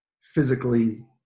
physically